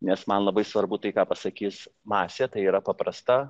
nes man labai svarbu tai ką pasakys masė tai yra paprasta